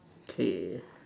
K